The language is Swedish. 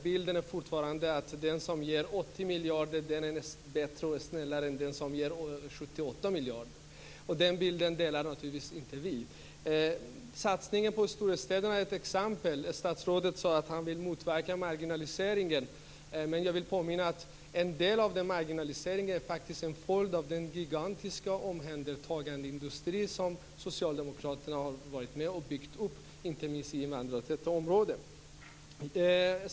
Bilden är fortfarande att den som ger 80 miljarder är bättre och snällare än den som ger 78 miljarder. Den bilden delar naturligtvis inte vi. Satsningen på storstäderna är ett exempel. Statsrådet sade att han vill motverka marginaliseringen. Men jag vill påminna om att en del av marginaliseringen faktiskt är en följd av den gigantiska omhändertagandeindustri som Socialdemokraterna har varit med om att bygga upp, inte minst i invandrartäta områden.